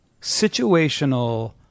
situational